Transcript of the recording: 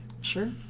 Sure